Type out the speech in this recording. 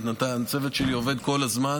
הצוות שלי עובד כל הזמן